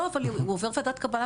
לא, אבל הוא עובר וועדת קבלה.